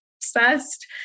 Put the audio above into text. obsessed